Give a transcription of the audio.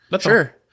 sure